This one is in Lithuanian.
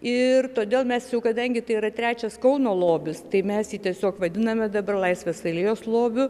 ir todėl mes jau kadangi tai yra trečias kauno lobis tai mes jį tiesiog vadiname dabar laisvės alėjos lobiu